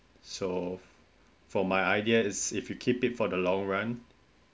so for my idea is if you keep it for the long run